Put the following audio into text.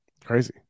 crazy